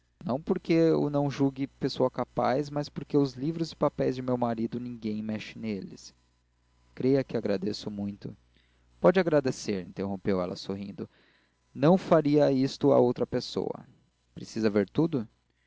não porque o não julgue pessoa capaz mas porque os livros e papéis de meu marido ninguém mexe neles creia que agradeço muito pode agradecer interrompeu ela sorrindo não faria isto a outra pessoa precisa ver tudo